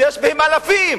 שיש בהם אלפים.